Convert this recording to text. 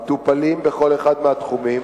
המטופלים בכל אחד מהתחומים